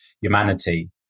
Humanity